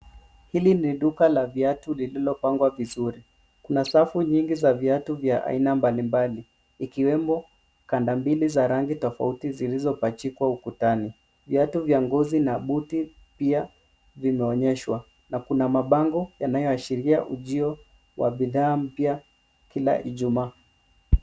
Hili ni duka la viatu lililopangwa vizuri. Kuna safu nyingi za viatu vya aina mbalimbali, ikiwemo kanda mbili za rangi tofauti zilizopachikwa ukutani. Viatu vya ngozi na buti pia vimeonyeshwa na kuna mabango yanayoashiria ujio wa bidhaa mpya kila Ijumaa.